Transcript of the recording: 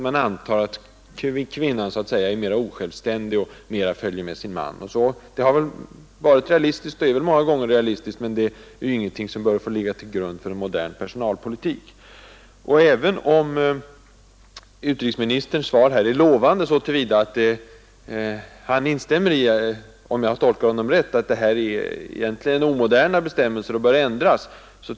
Man antar att kvinnan är mera osjälvständig och hellre följer med sin man osv. Det har visserligen varit och är många gånger ett realistiskt resonemang, men det bör inte få ligga till grund för en modern personalpolitik. Utrikesministerns svar är lovande så till vida att han, om jag tolkar honom rätt, instämmer i att det är fråga om omoderna bestämmelser som bör ändras.